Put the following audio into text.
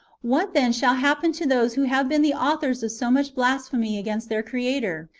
what, then, shall happen to those who have been the authors of so much blasphemy against their creator?